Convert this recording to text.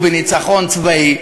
הוא בניצחון צבאי,